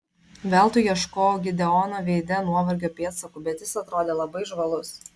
veltui ieškojau gideono veide nuovargio pėdsakų bet jis atrodė labai žvalus